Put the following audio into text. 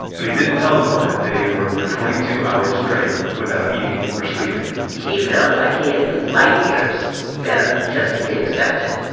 but he didn't tell the client that he had worked for twenty two hours straight without eating or sleeping he felt like he had to be light years better just to be accepted,